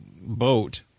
boat